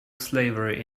slavery